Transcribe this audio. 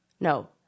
no